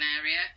area